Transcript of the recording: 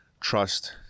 trust